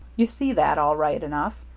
you see that, all right enough.